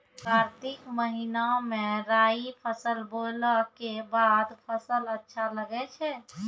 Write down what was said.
कार्तिक महीना मे राई फसल बोलऽ के बाद फसल अच्छा लगे छै